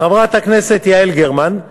חברת הכנסת יעל גרמן,